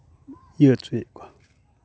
ᱤᱭᱟᱹ ᱦᱚᱪᱚᱭᱮᱫ ᱠᱚᱣᱟ